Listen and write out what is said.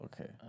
Okay